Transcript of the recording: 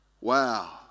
Wow